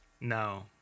No